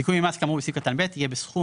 זיכוי ממס כאמור בסעיף קטן (ב) יהיה בסכום